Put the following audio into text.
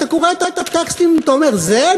ואתה קורא את הטקסטים ואתה אומר: זה?